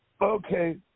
okay